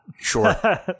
Sure